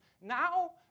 now